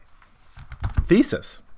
thesis